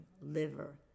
liver